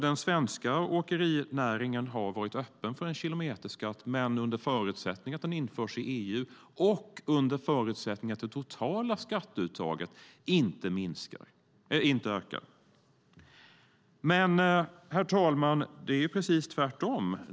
Den svenska åkerinäringen har varit öppen för en kilometerskatt, men under förutsättning att den införs i EU och under förutsättning att det totala skatteuttaget inte ökar. Men det är precis tvärtom.